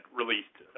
released